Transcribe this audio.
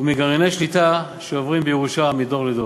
הוא מגרעיני שליטה שעוברים בירושה מדור לדור.